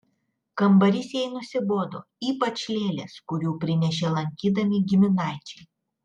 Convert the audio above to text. kambarys jai nusibodo ypač lėlės kurių prinešė lankydami giminaičiai